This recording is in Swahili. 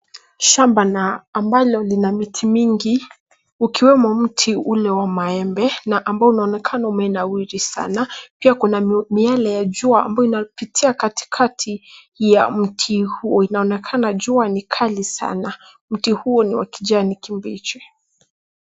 Shamba na ambalo lina miti mingi, ukiwemo mti ule wa maembe na ambao unaonekana umenawiri sana. Pia kuna miale ya jua ambayo inapitia katikati ya mti huu. Inaonekana jua ni kali sana, mti huo ni wa kijani kibichi.